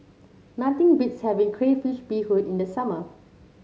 nothing beats having Crayfish Beehoon in the summer